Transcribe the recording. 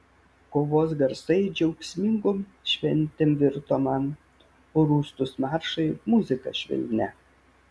kovos garsai džiaugsmingom šventėm virto man o rūstūs maršai muzika švelnia